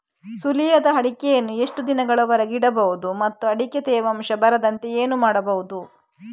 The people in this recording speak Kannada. ಸುಲಿಯದ ಅಡಿಕೆಯನ್ನು ಎಷ್ಟು ದಿನಗಳವರೆಗೆ ಇಡಬಹುದು ಮತ್ತು ಅಡಿಕೆಗೆ ತೇವಾಂಶ ಬರದಂತೆ ಏನು ಮಾಡಬಹುದು?